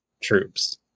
troops